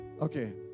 Okay